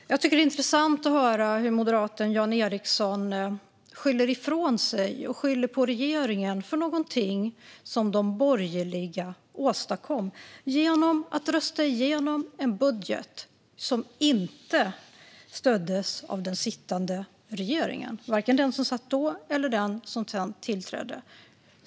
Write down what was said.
Riksrevisionens rapport om riktade statsbidrag för socioekonomiskt utsatta områden Fru talman! Jag tycker att det är intressant att höra hur moderaten Jan Ericson skyller ifrån sig och skyller på regeringen för någonting som de borgerliga åstadkom genom att rösta igenom en budget som inte stöddes av den sittande regeringen, varken den som satt då eller den som sedan tillträdde.